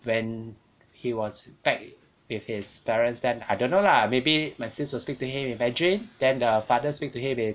when he was back with his parents then I don't know lah maybe my sis will speak to him in mandarin then the father speak to him in